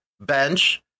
bench